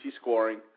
scoring